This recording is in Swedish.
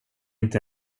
inte